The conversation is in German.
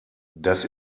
das